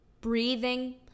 breathing